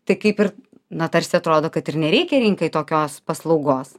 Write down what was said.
tai kaip ir na tarsi atrodo kad ir nereikia rinkai tokios paslaugos